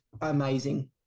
amazing